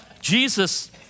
Jesus